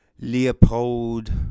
Leopold